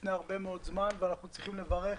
לפני הרבה מאוד זמן ואנחנו צריכים לברך,